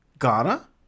Ghana